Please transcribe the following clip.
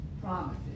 promises